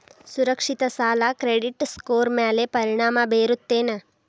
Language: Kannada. ಸುರಕ್ಷಿತ ಸಾಲ ಕ್ರೆಡಿಟ್ ಸ್ಕೋರ್ ಮ್ಯಾಲೆ ಪರಿಣಾಮ ಬೇರುತ್ತೇನ್